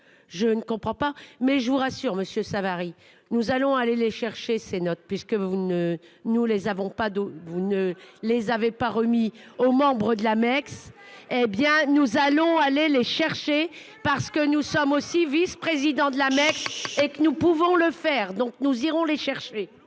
Je ne comprends pas mais je vous rassure Monsieur Savary. Nous allons aller les chercher ses notes puisque vous ne nous les avons pas de vous ne les avait pas remis aux membres de l'Amex. Eh bien nous allons aller les chercher parce que nous sommes aussi vice-, président de la Mecque et que nous pouvons le faire, donc nous irons les chercher.